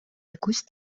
якусь